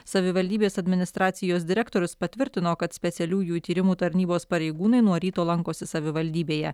savivaldybės administracijos direktorius patvirtino kad specialiųjų tyrimų tarnybos pareigūnai nuo ryto lankosi savivaldybėje